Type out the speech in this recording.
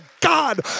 God